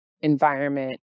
environment